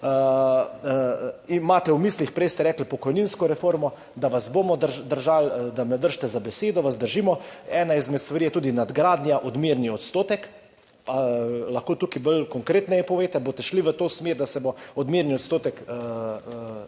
Imate v mislih, prej ste rekli, pokojninsko reformo, da naj vas držimo za besedo – vas držimo. Ena izmed stvari je tudi nadgradnja, odmerni odstotek. Lahko tukaj konkretneje poveste, boste šli v to smer, da se bo odmerni odstotek